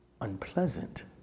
unpleasant